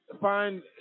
find